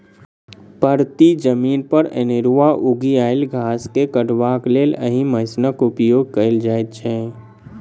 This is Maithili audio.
परती जमीन पर अनेरूआ उगि आयल घास के काटबाक लेल एहि मशीनक उपयोग कयल जाइत छै